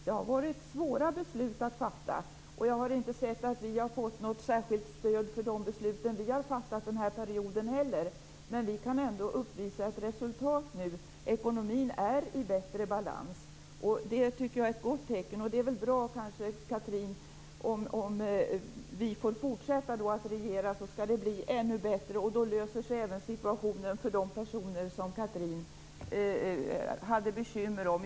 Det har varit svåra beslut att fatta, och jag har inte sett att vi heller har fått något särskilt stöd för de beslut vi har fattat under den här perioden. Men vi kan ändå uppvisa ett resultat - ekonomin är i bättre balans. Det tycker jag är ett gott tecken. Chatrine Pålsson! Det kanske är bra om Socialdemokraterna får fortsätta att regera. Då skall det bli ännu bättre, och då löser sig även problemen för de personer Chatrine Pålsson hade bekymmer för.